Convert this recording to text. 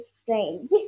strange